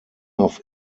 auf